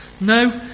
No